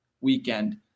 weekend